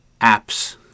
apps